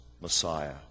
Messiah